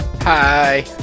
Hi